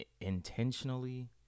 intentionally